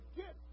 get